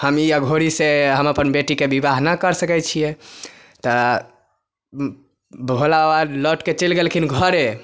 हम ई अघौरी से हम अपन बेटी के विवाह ना कर सकै छियै तऽ भोलाबाबा लौट के चैल गेलखिन घरे